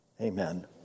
amen